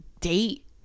date